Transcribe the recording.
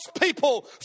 people